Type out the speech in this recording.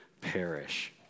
perish